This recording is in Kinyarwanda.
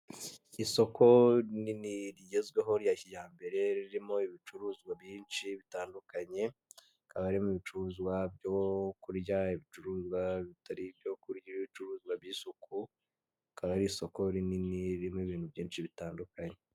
Isoko rinini rigezweho rya kijyambere ririmo ibicuruzwa byinshi bitandukanye hakaba harimo ibicuruzwa byo kurya , ibicuruzwa bitari ibyo kurya , ibicuruzwa by'isuku rikaba ari isoko rinini ririmo ibintu byinshi bitandukanye .